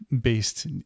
based